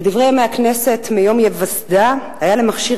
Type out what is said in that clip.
בדברי ימי הכנסת מיום היווסדה היה למכשיר